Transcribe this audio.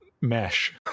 mesh